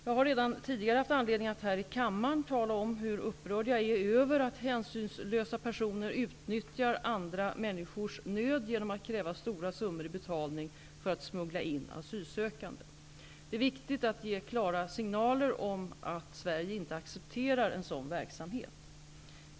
Jag har redan tidigare haft anledning att här i kammaren tala om hur upprörd jag är över att hänsynslösa personer utnyttjar andra människors nöd, genom att kräva stora summor i betalning för att smuggla in asylsökande. Det är viktigt att ge klara signaler om att Sverige inte accepterar sådan verksamhet.